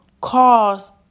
cause